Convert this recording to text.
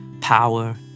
power